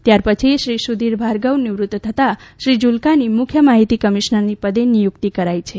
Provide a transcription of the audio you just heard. ત્યાર પછી શ્રી સુધીર ભાર્ગવ નિવૃત્ત થતા શ્રી જુલ્કાની મુખ્ય માહિતી કમિશનરની પદે નિયુક્તિ કરાઈ છે